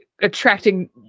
attracting